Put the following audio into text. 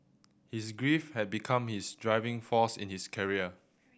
his grief had become his driving force in his career